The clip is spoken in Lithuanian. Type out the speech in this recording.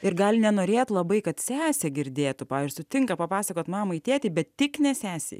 ir gali nenorėt labai kad sesė girdėtų ir sutinka papasakot mamai tėtei bet tik ne sesei